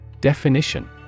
Definition